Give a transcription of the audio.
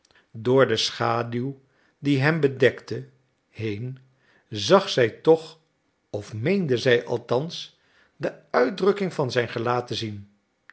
door de schaduw die hem bedekte heen zag zij toch of meende zij althans de uitdrukking van zijn gelaat te zien